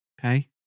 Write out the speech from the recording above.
Okay